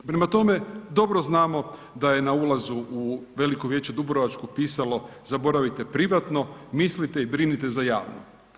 Prema tome, dobro znamo da je na ulazu u veliko vijeće dubrovačko pisalo, zaboravite privatno mislite i brinite za javno.